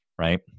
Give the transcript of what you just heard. right